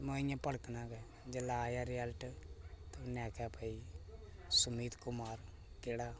महां इंया धड़कना गै जेल्लै आया रिजल्ट ते उन्ने आक्खेआ भई सुमित कुमार केह्ड़ा